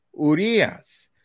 Urias